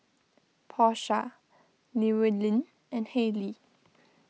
Porsha Llewellyn and Halley